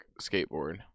Skateboard